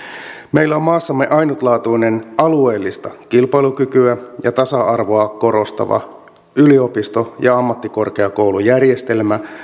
meillä on maassamme ainutlaatuinen alueellista kilpailukykyä ja tasa arvoa korostava yliopisto ja ammattikorkeakoulujärjestelmä